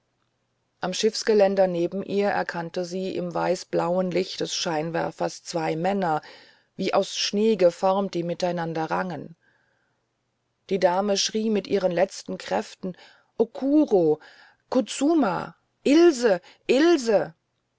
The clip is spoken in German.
am schiffsgeländer neben ihr erkannte sie im weißblauen licht des scheinwerfers zwei männer wie aus schnee geformt die miteinander rangen die dame schrie mit ihren letzten kräften okuro kutsuma ilse ilse